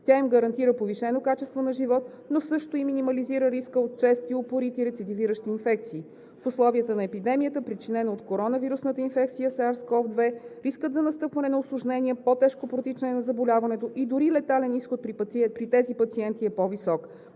Тя им гарантира повишено качество на живот, но също и минимализира риска от чести, упорити, рецидивиращи инфекции. В условията на епидемията, причинена от коронавирусната инфекция SARS-CoV-2, рискът за настъпване на усложнения, по-тежко протичане на заболяването и дори летален изход при тези пациенти е по-висок.